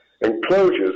Enclosures